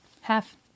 Half